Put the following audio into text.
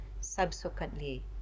Subsequently